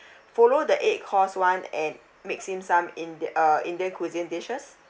follow the eight course [one] and mix in some indi~ uh indian cuisine dishes